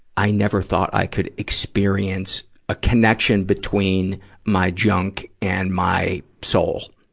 i never thought i could experience a connection between my junk and my soul.